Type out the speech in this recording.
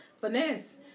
finesse